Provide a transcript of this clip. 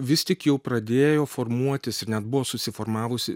vis tik jau pradėjo formuotis ir net buvo susiformavusi